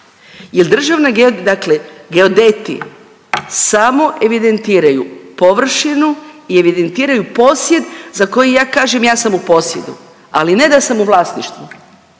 jel Državna geo… dakle geodeti samo evidentiraju površinu i evidentiraju posjed za koji ja kažem ja sam u posjedu, ali ne da sam u vlasništvu,